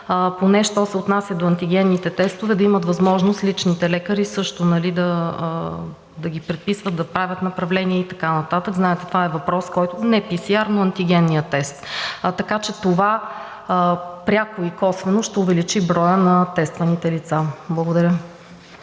Поне що се отнася до антигенните тестове, да имат възможност личните лекари също да ги предписват, да правят направления и така нататък. Знаете, това е въпрос, който… (Реплика.) Не PCR, но антигенният тест. Така че това пряко и косвено ще увеличи броя на тестваните лица. Благодаря.